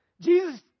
Jesus